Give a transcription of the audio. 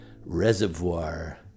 Reservoir